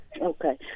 Okay